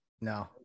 No